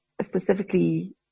specifically